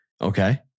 Okay